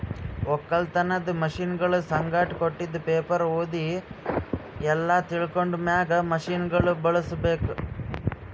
ಒಕ್ಕಲತನದ್ ಮಷೀನಗೊಳ್ ಸಂಗಟ್ ಕೊಟ್ಟಿದ್ ಪೇಪರ್ ಓದಿ ಎಲ್ಲಾ ತಿಳ್ಕೊಂಡ ಮ್ಯಾಗ್ ಮಷೀನಗೊಳ್ ಬಳುಸ್ ಬೇಕು